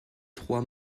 trois